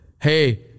hey